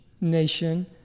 nation